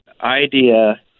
idea